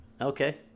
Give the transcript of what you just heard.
Okay